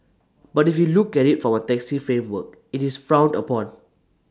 but if we look at IT from A taxi framework IT is frowned upon